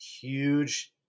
huge